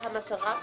המטרה.